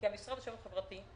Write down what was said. כי המשרד לשוויון חברתי,